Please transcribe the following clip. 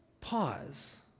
Pause